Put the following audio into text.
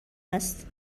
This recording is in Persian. است